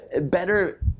better